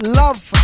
love